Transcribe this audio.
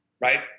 Right